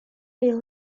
les